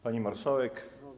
Pani Marszałek!